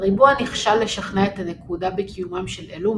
הריבוע נכשל לשכנע את הנקודה בקיומם של אלו,